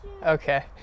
Okay